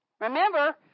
Remember